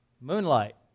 Moonlight